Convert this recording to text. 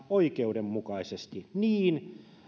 oikeudenmukaisesti niin